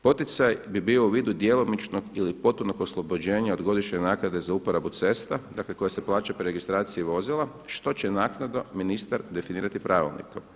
Poticaj bi bio u vidu djelomičnog ili potpunog oslobođenja od godišnje naknade za uporabu cesta, koje se plaća po registraciji vozila što će naknadno ministar definirati pravilnikom.